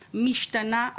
משתנה,